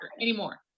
anymore